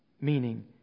meaning